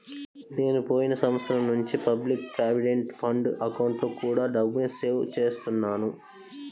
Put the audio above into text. నేను పోయిన సంవత్సరం నుంచి పబ్లిక్ ప్రావిడెంట్ ఫండ్ అకౌంట్లో కూడా డబ్బుని సేవ్ చేస్తున్నాను